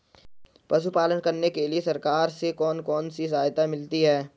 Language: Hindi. पशु पालन करने के लिए सरकार से कौन कौन सी सहायता मिलती है